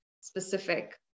specific